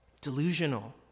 delusional